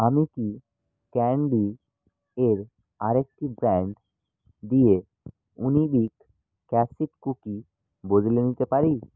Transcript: আমি কি ক্যান্ডি এর আরেকটি ব্র্যান্ড দিয়ে উনিবিক ক্যাশিউ কুকি বদলে নিতে পারি